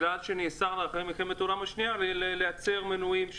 נאסר עליה לאחר מלחמת העולם השנייה לייצר מנועים למטוסים.